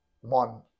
one